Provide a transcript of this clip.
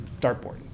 dartboard